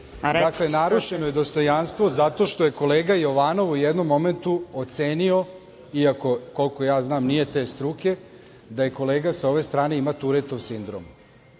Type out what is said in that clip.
107. narušeno je dostojanstvo zato što je kolega Jovanov u jednom momentu ocenio, iako koliko ja znam nije te struke, da kolega sa ove strane ima Turetov sindrom. Ja